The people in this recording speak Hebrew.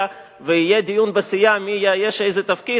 ויהיה דיון בסיעה מי יאייש איזה תפקיד,